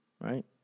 right